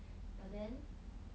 but then